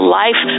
life